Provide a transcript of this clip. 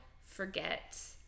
forget